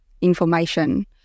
information